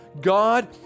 God